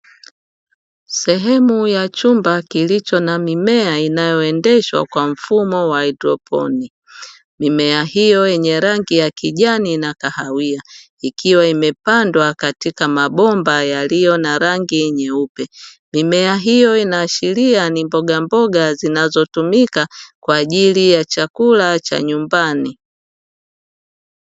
Sehemu ya chumba kilicho na mimea inayoendeshwa kwa mfumo wa haidroponi. Mimea hiyo yenye rangi ya kijani na kahawia; ikiwa imepandwa katika mabomba yaliyo na rangi nyeupe. Mimea hiyo inaashiria ni mbogamboga zinazotumika kwa ajili ya chakula cha nyumbani.